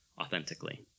authentically